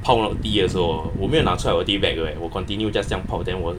泡 tea 的时候我没有拿出来我的 tea bag 的 leh 我 continue just 这样泡 then 我